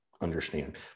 understand